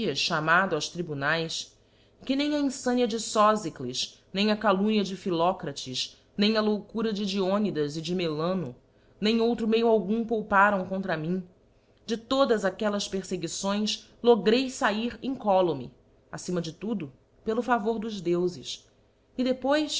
chamado aos tribunaes e que nem a infania de soíicles nem a calunmia de philocrates nem a loucura de diondas e de imelano nem outro meio algum pouparam contra mim de todas aquellas perfeguições logrei fair incólume acima de tudo pelo favor dos deufes e depois